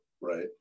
right